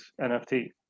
NFT